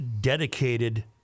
dedicated